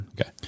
Okay